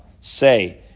say